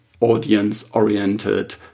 audience-oriented